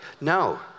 No